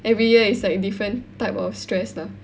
every year is like different type of stress lah